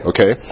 Okay